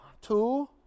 Two